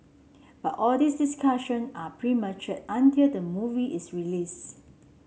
but all these discussion are premature until the movie is released